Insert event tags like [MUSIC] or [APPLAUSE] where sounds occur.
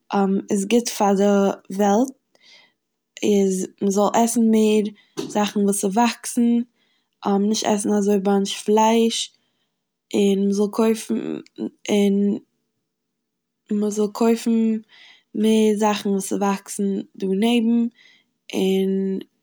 [HESITATION] איז גוט פאר די וועלט, איז מ'זאל עסן מער זאכן וואס ס'וואקסן [HESITATION] נישט עסן אזוי באנטש פלייש, און מ'זאל קויפן- און מ'זאל קויפן מער זאכן וואס ס'וואקסן דא נעבן, און שוין.